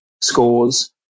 scores